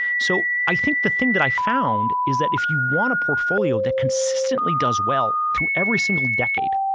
so, i think the thing that i found is that if you want a portfolio that consistently does well through every single decade,